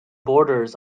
borders